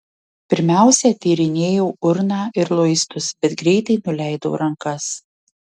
pirmiausia tyrinėjau urną ir luistus bet greitai nuleidau rankas